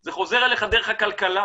זה חוזר אליך דרך הכלכלה.